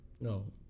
No